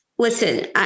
Listen